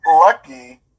lucky